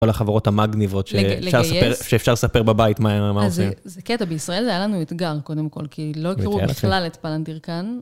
כל החברות המגניבות, לגייס? שאפשר לספר בבית מה זה. זה קטע בישראל, זה היה לנו אתגר קודם כול, כי לא הכירו בכלל את פלנדירקן.